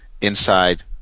inside